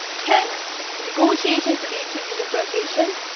can negotiations lead to denuclearization?